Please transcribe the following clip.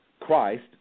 Christ